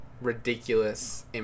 Ridiculous